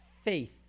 faith